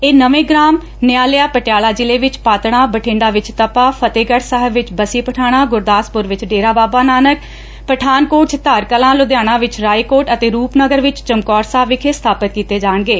ਇਹ ਨਵੇਂ ਗਰਾਮ ਨਿਆਲੇ ਪਟਿਆਲਾ ਜਿਲੇ ਵਿਚ ਪਾਤਤਾਂ ਬਠੈਂਡਾ ਤੇ ਤਪਾ ਫਤਿਹੰਗੜ ਸਾਹਿਬ ਵਿਚ ਬਸੀ ਪਠਾਣਾ ਗੁਰਦਾਸਪੁਰ ਵਿਚ ਡੇਰਾ ਬਾਬਾ ਨਾਨਕ ਪਠਾਨਕੋਟ 'ਚ ਧਾਰ ਕਲਾ ਲੁਧਿਆਣਾ ਵਿਚ ਰਾਏਕੋਟ ਅਤੇ ਰੁਪਨਗਰ ਵਿਚ ਚਮਕੌਰ ਸਾਹਿਬ ਵਿਖੇ ਸਬਾਪਿਤ ਕੀਤੇ ਜਾਣਗੇ